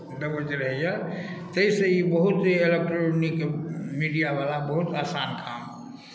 दबैत रहैए ताहिसँ ई बहुत इलेक्ट्रॉनिक मीडियावला बहुत आसान काम